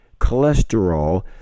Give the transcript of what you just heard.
cholesterol